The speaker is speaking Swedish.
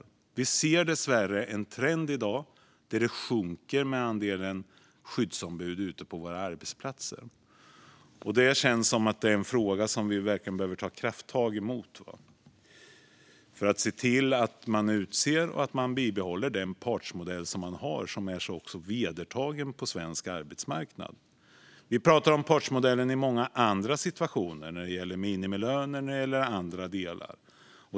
I dag ser vi dessvärre en trend att antalet skyddsombud ute på våra arbetsplatser sjunker. Det känns som en fråga där vi verkligen behöver ta krafttag för att se till att man utser skyddsombud och bevarar den partsmodell man har, som är så vedertagen på svensk arbetsmarknad. Vi pratar om partsmodellen i många andra situationer, när det gäller minimilön och andra delar.